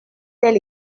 tel